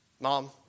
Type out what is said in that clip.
Mom